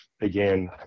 again